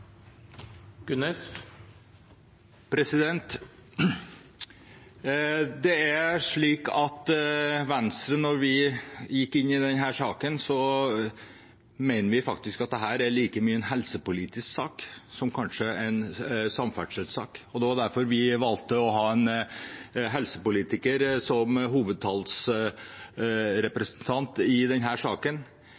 Venstre gikk inn i denne saken, mente vi at dette var like mye en helsepolitisk sak som en samferdselspolitisk sak. Det var derfor vi valgte å ha en helsepolitiker som